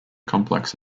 complex